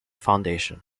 foundation